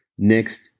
Next